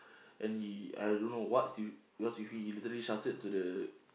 and he I don't know what's with what's with he he literally shouted to the